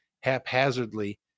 haphazardly